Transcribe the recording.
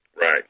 Right